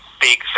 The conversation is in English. big